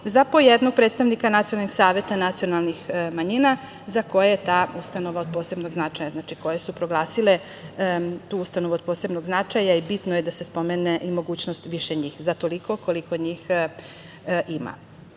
za po jednog predstavnika nacionalnih saveta nacionalnih manjina za koje je ta ustanova od posebnog značaja proglasila tu ustanovu od posebnog značaja i bitno je da se spomene i mogućnost više njih za toliko koliko njih